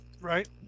Right